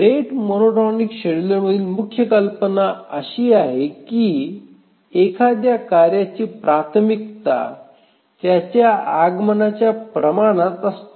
rate monotonic शेड्यूलरमधील मुख्य कल्पना अशी आहे की एखाद्या कार्याची प्राथमिकता त्याच्या आगमनाच्या प्रमाणात प्रमाणात असते